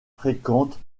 fréquentes